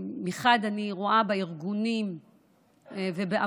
מחד גיסא אני רואה בארגונים ובעמותות,